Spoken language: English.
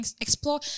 explore